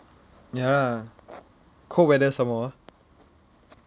ya cold weather some more ah